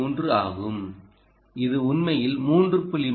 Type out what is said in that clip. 3 ஆகும் இது உண்மையில் 3